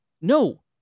No